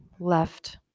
left